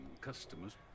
customers